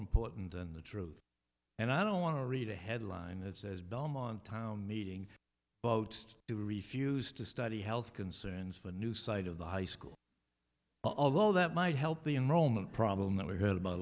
important than the truth and i don't want to read a headline that says belmont town meeting about to refuse to study health concerns for a new side of the high school although that might help the enrollment problem that we've heard about